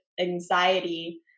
anxiety